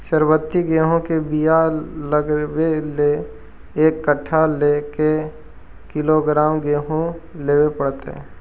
सरबति गेहूँ के बियाह लगबे ल एक कट्ठा ल के किलोग्राम गेहूं लेबे पड़तै?